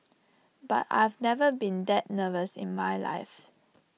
but I've never been that nervous in my life